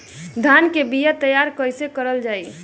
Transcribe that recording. धान के बीया तैयार कैसे करल जाई?